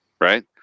right